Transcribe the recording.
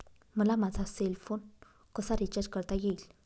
मला माझा cell phone कसा रिचार्ज करता येईल?